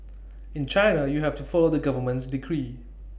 in China you have to follow the government's decree